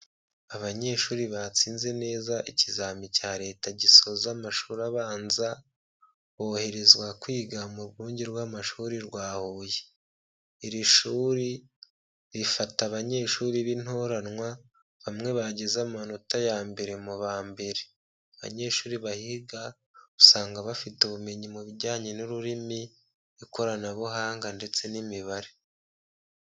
Abanyeshuri batsinze neza ikizamini cya Leta gisoza amashuri abanza, boherezwa kwiga mu rwunge rw'amashuri rwa Huye, iri shuri rifata abanyeshuri b'intoranwa bamwe bagize amanota ya mbere mu ba mbere, abanyeshuri bahiga usanga bafite ubumenyi mu bijyanye n'ururimi, ikoranabuhanga ndetse n'imibare.